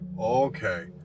Okay